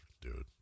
dude